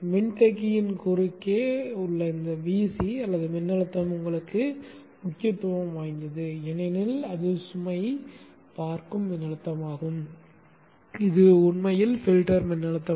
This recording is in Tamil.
மின்தேக்கியின் குறுக்கே உள்ள Vc அல்லது மின்னழுத்தம் உங்களுக்கு முக்கியத்துவம் வாய்ந்தது ஏனெனில் அது சுமை பார்க்கும் மின்னழுத்தமாகும் இது உண்மையில் பில்டர் மின்னழுத்தமாக இருக்கும்